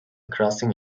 crossing